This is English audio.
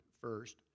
first